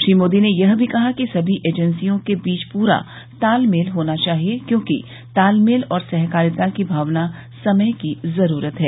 श्री मोदी ने यह भी कहा कि सभी एजेंसियों के बीच प्रा तालमेल होना चाहिए क्योंकि तालमेल और सहकारिता की भावना समय की जरूरत है